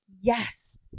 yes